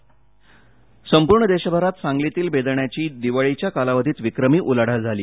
व्हीओ संपूर्ण देशभरात सांगलीतील बेदाण्याची दिवाळीच्या कालावधीत विक्रमी उलाढाल झाली